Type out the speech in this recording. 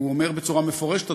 הוא אומר בצורה מפורשת,